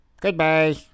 Goodbye